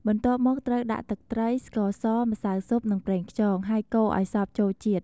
បន្ទាប់មកត្រូវដាក់ទឹកត្រី ស្ករស ម្សៅស៊ុប និងប្រេងខ្យង ហើយកូរឱ្យសព្វចូលជាតិ។